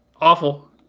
awful